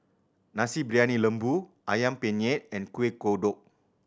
Nasi Briyani Lembu Ayam Penyet and Kueh Kodok